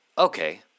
Okay